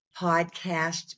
podcast